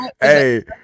Hey